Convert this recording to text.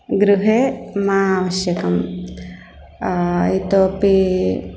गृहे न आवश्यकम् इतोपि